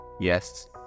Yes